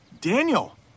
Daniel